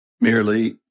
merely